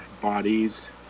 bodies